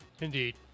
Indeed